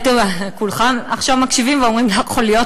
כולכם עכשיו מקשיבים ואומרים: לא יכול להיות,